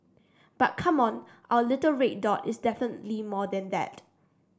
but come on our little red dot is definitely more than that